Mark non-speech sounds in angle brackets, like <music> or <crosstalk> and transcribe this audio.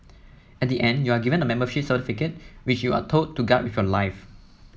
at the end you are given a membership certificate which you are told to guard with your life <noise>